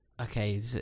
okay